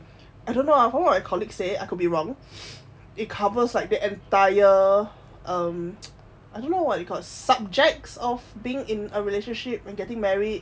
I don't know ah I forgot what my colleague say I could be wrong it covers like the entire um I don't know what you called subjects of being in a relationship and getting married